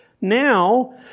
now